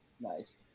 Nice